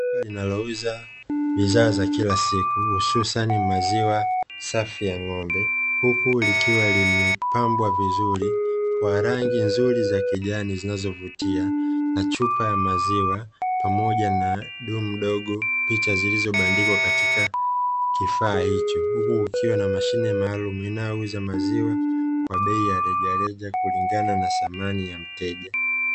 Duka linalouza bidhaa za kila siku hususa maziwa safi ya ng'ombe, huku likiwa limepambwa vizuri kwa rangi nzuri za kijani zinazovutia na chupa ya maziwa pamoja na dumu dogo, picha zilizobandikwa katika kifaa hicho, huku kukiwa na mashine maalumu inayouza maziwa kwa bei ya rejareja kulingana na thamani ya mteja.